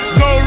go